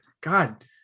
God